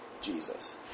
Jesus